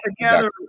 together